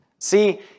See